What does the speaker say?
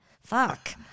Fuck